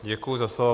Děkuji za slovo.